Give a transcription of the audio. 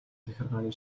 захиргааны